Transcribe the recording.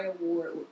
award